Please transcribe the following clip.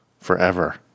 forever